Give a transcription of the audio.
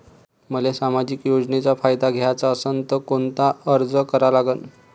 मले सामाजिक योजनेचा फायदा घ्याचा असन त कोनता अर्ज करा लागन?